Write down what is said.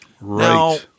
right